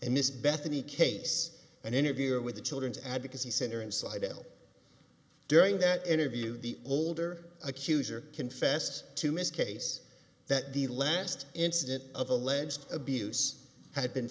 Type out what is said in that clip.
and this bethany case an interview with the children's advocacy center in slidell during that interview the older accuser confessed to miss case that the last incident of alleged abuse had been